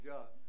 God